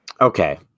Okay